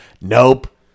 Nope